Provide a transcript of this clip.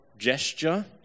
gesture